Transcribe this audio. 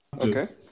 okay